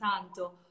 Tanto